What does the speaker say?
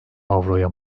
avroya